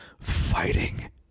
fighting